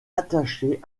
attaché